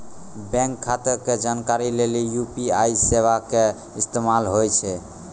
bank खाता के जानकारी लेली यू.पी.आई सेबा के इस्तेमाल होय छै